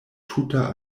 tuta